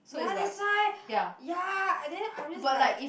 ya that's why ya then I'm just like